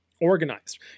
organized